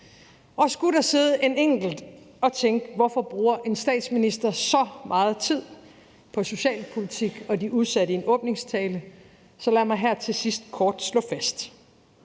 Skulle der sidde en enkelt og tænke, hvorfor en statsminister bruger så meget tid på socialpolitik og de udsatte i en åbningstale, så lad mig her til sidst kort slå fast: